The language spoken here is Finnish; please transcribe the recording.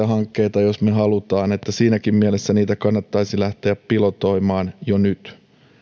hankkeita jos me haluamme niin että siinäkin mielessä niitä kannattaisi lähteä pilotoimaan jo nyt